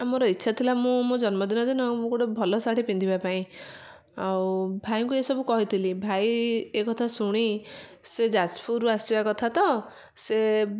ଆଉ ମୋର ଇଚ୍ଛା ଥିଲା ମୁଁ ମୋ ଜନ୍ମଦିନ ଦିନ ମୁଁ ଗୋଟେ ଭଲ ଶାଢ଼ୀ ପିନ୍ଧିବା ପାଇଁ ଆଉ ଭାଇଙ୍କୁ ଏସବୁ କହିଥିଲି ଭାଇ ଏକଥା ଶୁଣି ସେ ଯାଜପୁର ରୁ ଆସିବା କଥା ତ ସେ